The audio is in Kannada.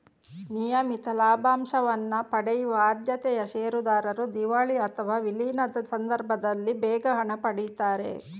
ನಿಯಮಿತ ಲಾಭಾಂಶವನ್ನ ಪಡೆಯುವ ಆದ್ಯತೆಯ ಷೇರುದಾರರು ದಿವಾಳಿ ಅಥವಾ ವಿಲೀನದ ಸಂದರ್ಭದಲ್ಲಿ ಬೇಗ ಹಣ ಪಡೀತಾರೆ